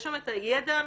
ויש להם את הידע המקצועי,